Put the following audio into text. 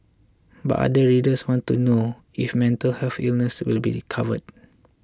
but other readers want to know if mental health illnesses will be covered